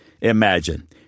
imagine